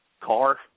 car